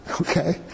okay